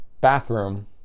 bathroom